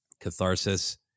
catharsis